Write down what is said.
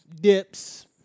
dips